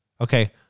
Okay